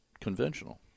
conventional